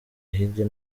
hirya